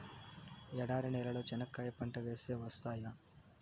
ఎడారి నేలలో చెనక్కాయ పంట వేస్తే వస్తాయా?